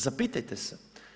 Zapitajte se.